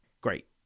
Great